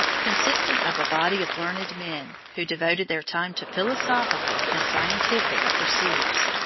consisting of a body of learned men, who devoted their time to philosophical and scientific pursuits.